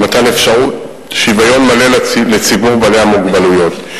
למתן אפשרות שוויון מלא לציבור בעלי המוגבלות.